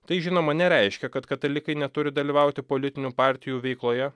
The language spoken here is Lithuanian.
tai žinoma nereiškia kad katalikai neturi dalyvauti politinių partijų veikloje